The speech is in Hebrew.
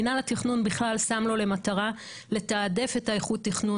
מינהל התכנון שם לו למטרה לתעדף את איכות התכנון